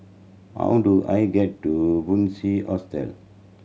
how do I get to Bunc Hostel